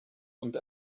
und